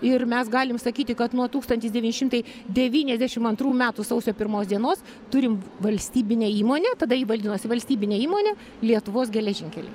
ir mes galim sakyti kad nuo tūkstantis devyni šimtai devyniasdešim antrų metų sausio pirmos dienos turim valstybinę įmonę tada ji valdinosi valstybinė įmonė lietuvos geležinkeliai